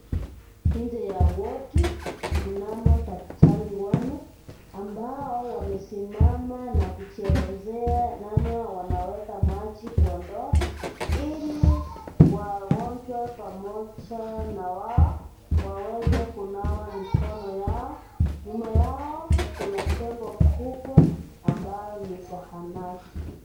Nje ya wodi mnamo daktari wanne ambao wamesimama na kuelezea namna wanaweka maji kwa ndoo , ili wagonjwa pamoja na wao waweze kunawa mikono yao , nyuma yao kuna jengo kubwa ambayo ni zahanati.